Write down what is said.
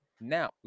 now